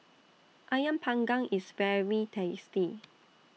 Ayam Panggang IS very tasty